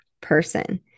person